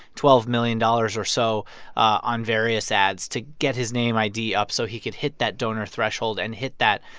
twelve million dollars or so on various ads to get his name id up so he can hit that donor threshold and hit that,